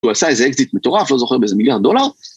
‫הוא עשה איזה אקזיט מטורף, ‫לא זוכר, באיזה מיליארד דולר.